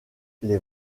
les